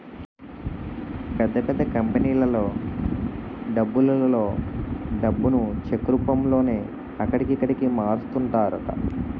పెద్ద పెద్ద కంపెనీలలో డబ్బులలో డబ్బును చెక్ రూపంలోనే అక్కడికి, ఇక్కడికి మారుస్తుంటారట